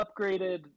upgraded